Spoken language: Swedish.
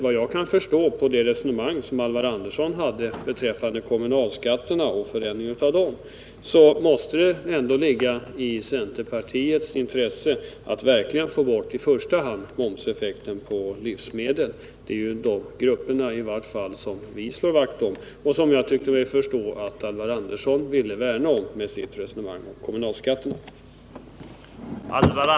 Vad jag kan förstå av Alvar Anderssons resonemang beträffande kommunalskatterna och förändring av dem, så måste det ligga i centerpartiets intresse att i första hand få bort momseffekten på livsmedel. Det gäller i alla fall de grupper som vi slår vakt om, och som jag tyckte mig förstå att Alvar Andersson ville värna om med sitt resonemang om kommunalskatterna.